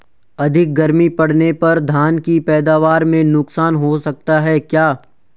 अधिक गर्मी पड़ने पर धान की पैदावार में नुकसान हो सकता है क्या?